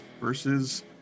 versus